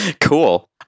cool